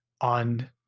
on